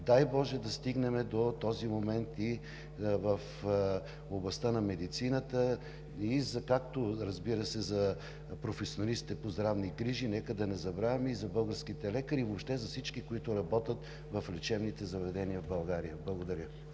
дай боже, да стигнем до този момент и в областта на медицината и, както, разбира се, за професионалистите по здравни грижи – нека да не забравяме и за българските лекари, и въобще за всички, които работят в лечебните заведения в България. Благодаря